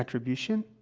attribution,